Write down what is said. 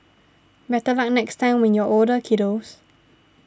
better luck next time when you're older kiddos